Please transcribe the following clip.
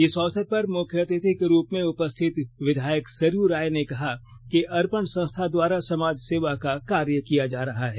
इस अवसर पर मुख्य अतिथि के रूप में उपस्थित विधायक सरयू राय ने कहा कि अर्पण संस्था द्वारा समाज सेवा का कार्य किया जा रहा है